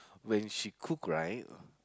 when she cook right